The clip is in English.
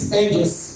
angel's